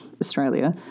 Australia